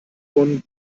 bonn